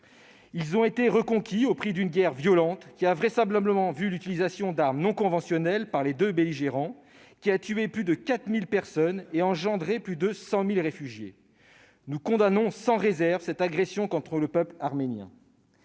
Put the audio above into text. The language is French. Ils ont été reconquis au prix d'une guerre violente, qui a vraisemblablement vu l'utilisation d'armes non conventionnelles par les deux belligérants, tué plus de 4 000 personnes et provoqué le départ de plus de 100 000 réfugiés. Nous condamnons sans réserve cette agression contre le peuple arménien.